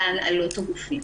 ולהנהלות הגופים.